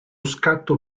scatto